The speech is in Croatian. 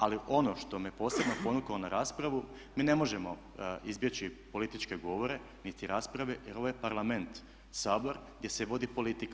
Ali ono što me posebno ponukalo na raspravu mi ne možemo izbjeći političke govore niti rasprave, jer ovo je Parlament, Sabor gdje se vodi politika.